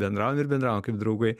bendraujam ir bendraujam kaip draugai